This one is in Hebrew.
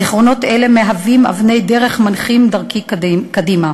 זיכרונות אלה מהווים אבני דרך המנחים את דרכי קדימה.